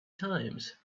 times